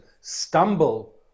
stumble